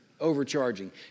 overcharging